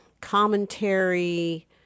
commentary